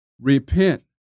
Repent